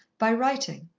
by writing.